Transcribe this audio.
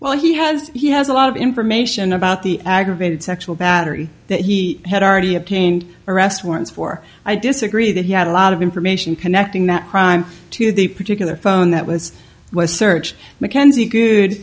well he has he has a lot of information about the aggravated sexual battery that he had already obtained arrest warrants for i disagree that he had a lot of information connecting the crime to the particular phone that was was searched mckenzie good